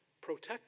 Protect